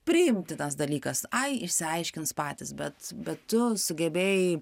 priimtinas dalykas ai išsiaiškins patys bet bet tu sugebėjai